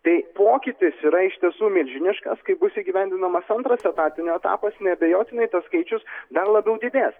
tai pokytis yra iš tiesų milžiniškas kai bus įgyvendinamas antras etatinio etapas neabejotinai tas skaičius dar labiau didės